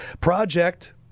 Project